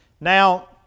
Now